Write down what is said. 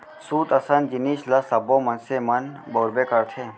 सूत असन जिनिस ल सब्बो मनसे मन बउरबे करथे